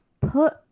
put